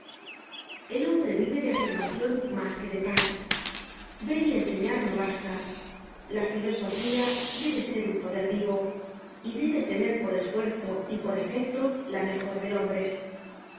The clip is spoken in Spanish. el hombre vive de afirmacion mas que de pan ver y enseñar no basta la filosofía debe ser un poder vivo y debe tener por esfuerzo y por efecto la mejora del hombre